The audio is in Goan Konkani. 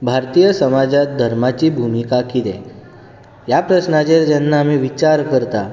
भारतीय समाजांत धर्माची भुमिका कितें ह्या प्रस्नाचेर जेन्ना आमी विचार करतात